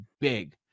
big